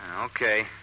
Okay